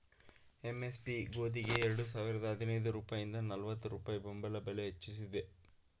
MSP ಗೋದಿಗೆ ಎರಡು ಸಾವಿರದ ಹದಿನೈದು ರೂಪಾಯಿಂದ ನಲ್ವತ್ತು ರೂಪಾಯಿ ಬೆಂಬಲ ಬೆಲೆ ಹೆಚ್ಚಿಸಿದೆ